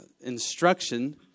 instruction